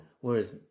Whereas